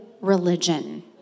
religion